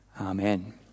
Amen